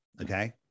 okay